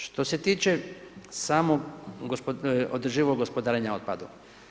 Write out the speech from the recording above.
Što se tiče samoodrživog gospodarenja otpadom.